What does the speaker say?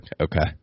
okay